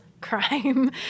crime